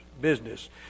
business